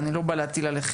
ואני לא בא להטיל עליהם,